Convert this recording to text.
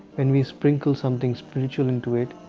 when we sprinkle something spiritual onto it,